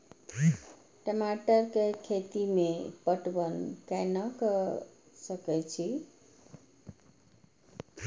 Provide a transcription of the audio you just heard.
टमाटर कै खैती में पटवन कैना क सके छी?